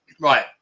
Right